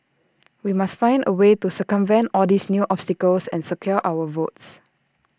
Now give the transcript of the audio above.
we must find A way to circumvent all these new obstacles and secure our votes